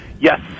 Yes